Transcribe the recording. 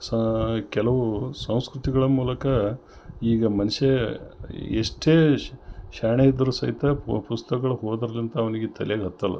ಸಹ ಕೆಲವು ಸಂಸ್ಕೃತಿಗಳ ಮೂಲಕ ಈಗ ಮನುಷ್ಯ ಎಷ್ಟೇ ಶ್ಯಾಣೆ ಇದ್ದರೂ ಸಹಿತ ಪುಸ್ತಕಗಳ ಓದರ್ಲಿಂತ ಅವನಿಗೆ ತಲೆಲಿ ಹತ್ತಲ್ಲಾ